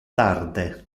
tarde